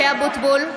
(קוראת בשמות חברי הכנסת) משה אבוטבול,